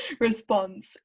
response